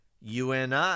UNI